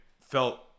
felt